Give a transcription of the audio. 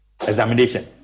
examination